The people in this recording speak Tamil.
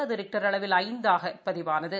அது ரிக்டர் அளவில் ஐந்தாக பதிவானது